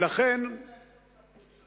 אין להם שום סמכות של שוטר.